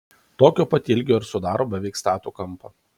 tokio pat ilgio ir sudaro beveik statų kampą